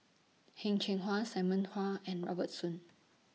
Heng Cheng Hwa Simon Hwa and Robert Soon